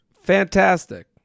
fantastic